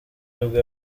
nibwo